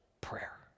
prayer